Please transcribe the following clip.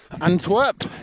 Antwerp